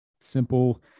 simple